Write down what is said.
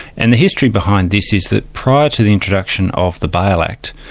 and the history behind this is that prior to the introduction of the bail act,